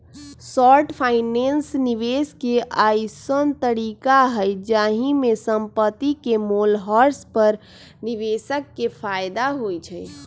short finance निवेश के अइसँन तरीका हइ जाहिमे संपत्ति के मोल ह्रास पर निवेशक के फयदा होइ छइ